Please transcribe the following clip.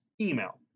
Email